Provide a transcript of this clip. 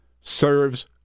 serves